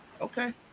okay